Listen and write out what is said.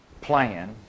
plan